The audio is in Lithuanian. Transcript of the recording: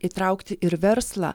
įtraukti ir verslą